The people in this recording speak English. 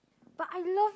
but I love